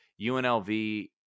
UNLV